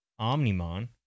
Omnimon